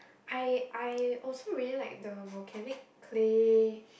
I I also really like the volcanic clay